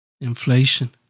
inflation